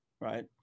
right